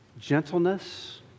gentleness